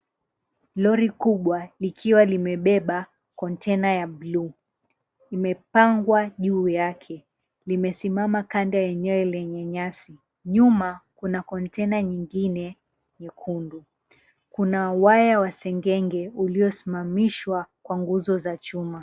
Lori kubwa, likiwa limebeba konteina ya buluu, limepangwa juu yake. Limesimama kando ya eneo lenye nyasi. Nyuma kuna konteina nyingine nyekundu. Kuna waya wa sengenge uliosimamishwa kwa nguzo za chuma.